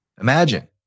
imagine